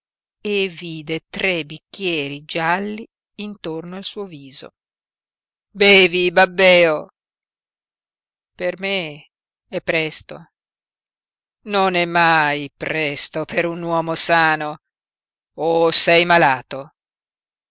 e vide tre bicchieri gialli intorno al suo viso bevi babbèo per me è presto non è mai presto per un uomo sano o sei malato